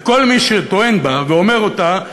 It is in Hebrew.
וכל מי שטוען בה ואומר אותה,